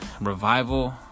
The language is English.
Revival